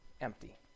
empty